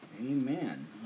Amen